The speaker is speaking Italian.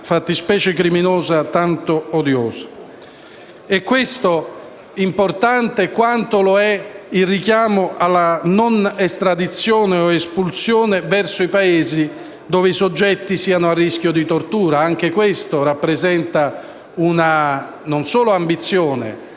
fattispecie criminosa tanto odiosa. Questo è tanto importante quanto lo è il richiamo alla non estradizione o espulsione verso i Paesi dove i soggetti siano a rischio di tortura. Anche questo rappresenta non solo un'ambizione,